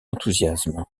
enthousiasme